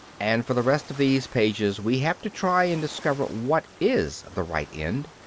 and for the rest of these pages we have to try and discover what is the right end.